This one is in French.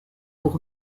pour